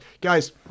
Guys